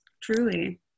truly